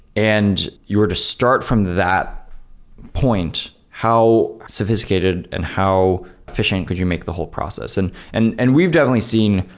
and you were to start from that point how sophisticated and how efficient could you make the whole process? and and and we've definitely seen,